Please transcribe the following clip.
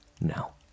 Now